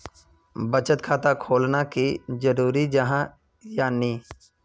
बचत खाता खोलना की जरूरी जाहा या नी?